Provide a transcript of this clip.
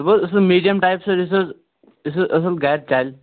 ژٕ بوز یُس سُہ میٖڈِیَم ٹایِپَس یُس حظ یُس حظ اَصٕل گَرِ چَلہِ